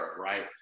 right